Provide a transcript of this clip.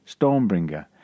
Stormbringer